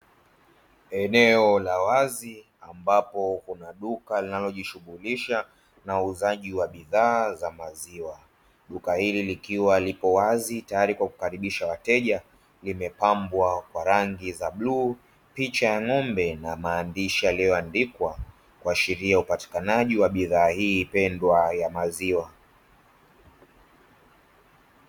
Eneo la wazi ambapo kuna duka linalojishughulisha na uuzaji wa bidhaa za maziwa, duka hili likiwa lipo wazi, tayari kwa kukaribisha wateja, limepambwa kwa rangi za bluu, picha ya ng'ombe na maandishi yaliyoandikwa, kuashiria upatikanaji wa bidhaa hii pendwa ya maziwa.